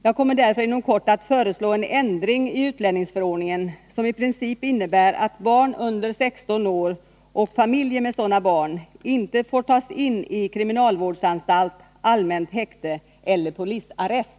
Jag kommer därför inom kort att föreslå en ändring i utlänningsförordningen som i princip innebär att barn under 16 år och familjer med sådana barn inte får tas in i kriminalvårdsanstalt, allmänt häkte eller polisarrest.